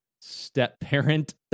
step-parent